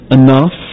enough